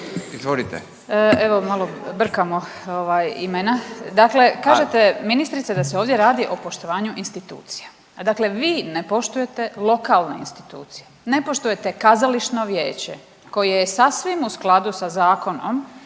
Evo, malo brkamo imena, dakle kažete ministrice da se ovdje radi o poštovanju institucija, a dakle vi ne poštujete lokalne institucije. Ne poštujete kazališno vijeće koje je sasvim u skladu sa zakonom,